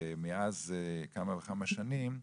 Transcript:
ומאז כמה וכמה שנים,